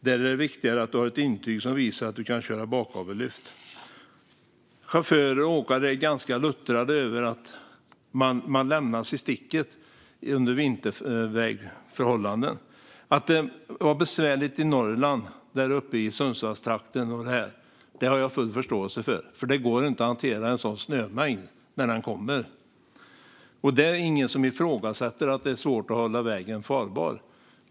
Där är det viktigare att du har ett intyg som visar att du kan köra bakgavellyft. Chaufförer och åkare är ganska luttrade över att man lämnas i sticket under vintervägförhållanden. Att det var besvärligt i Norrland, där uppe i Sundsvallstrakten, har jag full förståelse för, för det går inte att hantera en sådan snömängd. Det är ingen som ifrågasätter att det där är svårt att hålla vägen farbar.